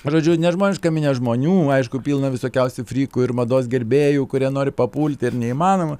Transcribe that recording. žodžiu nežmoniška minia žmonių aišku pilna visokiausių frykų ir mados gerbėjų kurie nori papulti ir neįmanoma